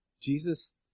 Jesus